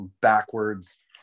backwards